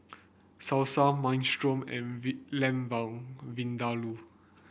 Salsa Minestrone and Vin Lamb Vindaloo